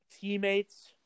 teammates